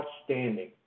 outstanding